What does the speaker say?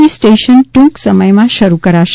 જી station ટુંક સમયમાં શરૂ થશે